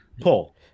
Pull